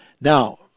Now